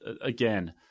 again